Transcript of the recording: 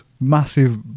massive